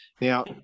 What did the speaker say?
now